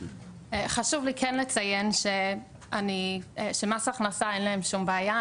חשוב לי כן לציין שלמס הכנסה אין להם בעיה,